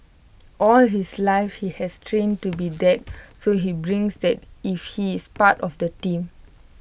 all his life he has trained to be that so he brings that if he is part of the team